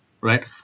right